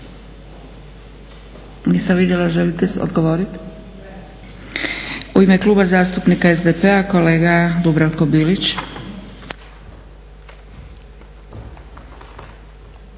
U ime Kluba zastupnika SDP-a, kolega Dubravko Bilić.